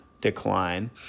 decline